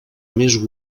més